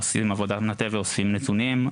עושים עבודת מטה ואוספים נתונים.